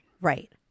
Right